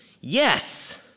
yes